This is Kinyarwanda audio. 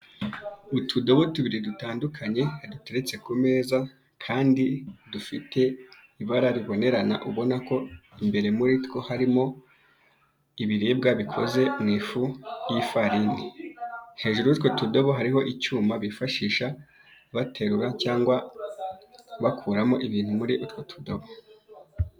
Ududobo tubiri dutandukanye duteretse ku meza kandi dufite ibara ribonerana, ubona ko imbere muri two harimo ibiribwa bikoze mu ifu y'ifarini. Hejuru y'utwo tudobo hariho icyuma bifashisha baterura cyangwa bakuramo ibintu muri utwo tudobo.